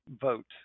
vote